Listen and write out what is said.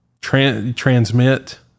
transmit